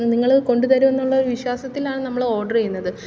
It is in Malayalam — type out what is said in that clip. നിങ്ങൾ കൊണ്ടുതരും എന്നുള്ള ഒരു വിശ്വാസത്തിലാണ് നമ്മൾ ഓഡ്റ് ചെയ്യുന്നത്